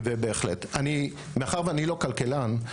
אני לא כלכלן,